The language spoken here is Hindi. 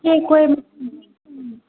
कोई